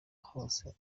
hose